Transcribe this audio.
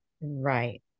Right